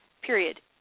period